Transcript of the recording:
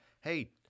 Hey